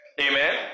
Amen